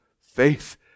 faith